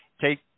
take